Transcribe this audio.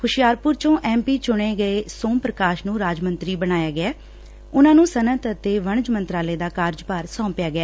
ਹੁਸ਼ਿਆਰਪੁਰ ਚੋਂ M P ਚੁਣੇ ਗਏ ਸੋਮ ਪ੍ਕਾਸ਼ ਨੂੰ ਰਾਜ ਮੰਤਰੀ ਬਣਾਇਆ ਗਿਐ ਉਨੂਾ ਨੂੰ ਸੱਨਅਤ ਅਤੇ ਵਣਜ ਮੰਤਰਾਲੇ ਦਾ ਕਾਰਜਭਾਰ ਸੌਂਪਿਆ ਗਿਆ